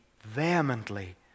vehemently